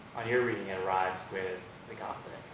on your reading, it arrives with the gothic.